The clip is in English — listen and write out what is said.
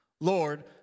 Lord